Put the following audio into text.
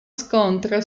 scontro